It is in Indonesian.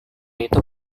itu